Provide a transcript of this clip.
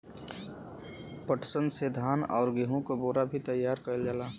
पटसन से धान आउर गेहू क बोरा भी तइयार कइल जाला